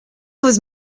was